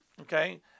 Okay